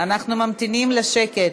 אנחנו ממתינים לשקט,